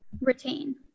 retain